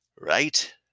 right